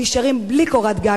ונשארים בלי קורת גג.